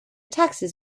taxes